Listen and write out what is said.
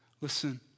listen